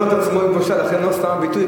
לכן לא סתם הביטוי.